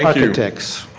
architects.